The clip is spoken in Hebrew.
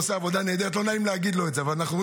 שלא יכולנו,